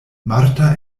marta